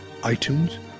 iTunes